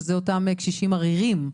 שאלו אותם קשישים עריריים,